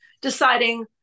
deciding